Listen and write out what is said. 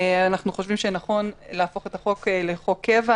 אנחנו חושבים שנכון להפוך את החוק לחוק קבע.